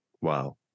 wow